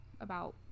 about-